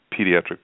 pediatric